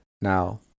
Now